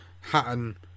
Hatton